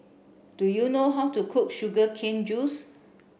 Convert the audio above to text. do you know how to cook sugar cane juice